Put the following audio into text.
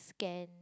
scan